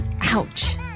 Ouch